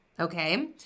Okay